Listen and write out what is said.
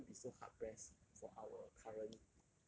we wouldn't be so hard pressed for our current